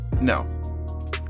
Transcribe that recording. No